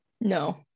No